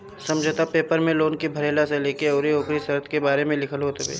समझौता पेपर में लोन के भरला से लेके अउरी ओकरी शर्त के बारे में लिखल होत हवे